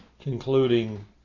concluding